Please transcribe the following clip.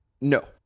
No